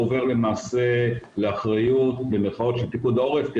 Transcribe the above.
עובר למעשה "לאחריות" של פיקוד העורף,